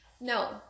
No